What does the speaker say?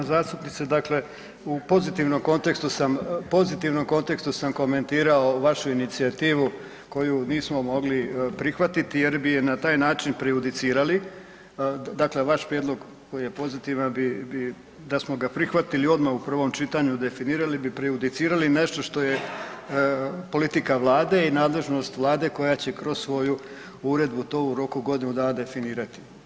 Uvažena zastupnice, dakle, u pozitivnom kontekstu sam komentirao vašu inicijativu koju nismo mogli prihvatiti jer bi je na taj način prejudicirali, dakle vaš prijedlog koji je pozitivan bi da smo ga prihvatili odmah u prvom čitanju, definirali bi i prejudicirali nešto što je politika Vlade i nadležnost Vlade koja će kroz svoju uredbu to u roku godinu dana definirati.